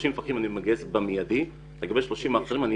30 פקחים אני מגייס במידי ולגבי 30 אחרים אני